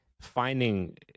finding